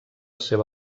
seva